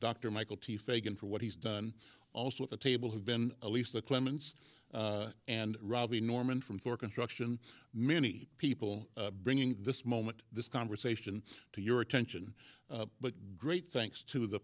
dr michael t fagan for what he's done also at the table have been at least the clements and robbie norman from for construction many people bringing this moment this conversation to your attention but great thanks to the